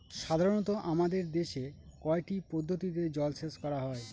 সাধারনত আমাদের দেশে কয়টি পদ্ধতিতে জলসেচ করা হয়?